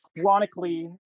chronically